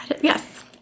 Yes